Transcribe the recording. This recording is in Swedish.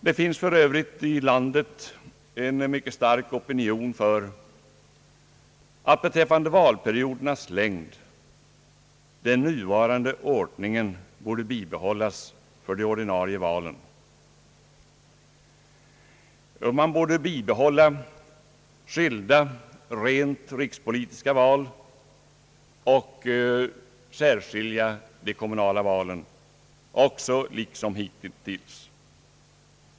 Det finns i landet en mycket stark opinion för att beträffande valperiodernas längd den nuvarande ordningen borde bibehållas för de ordinarie valen. Man borde behålla skilda rent rikspolitiska val och särskilja dem från de kommunala valen, liksom hittills.